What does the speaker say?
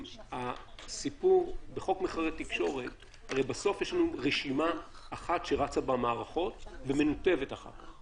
בסוף בחוק מחקרי תקשורת יש לנו רשימה אחת שרצה במערכות ומנותבת אחר כך.